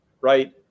right